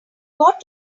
got